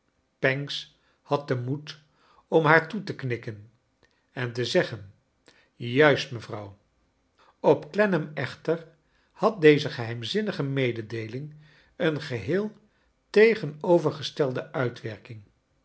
pancks had den moed om haar toe te knikken en te zeggen juist mevrouw op clennam echter had deze geheimzinnige mededeeling een geheel tegenovergestelde uitwerking